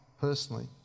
personally